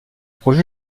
projet